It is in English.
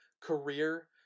career